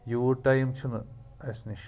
یوٗت ٹایم چھُنہٕ اَسہِ نِش